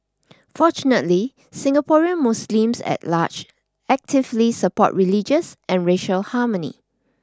fortunately Singaporean Muslims at large actively support religious and racial harmony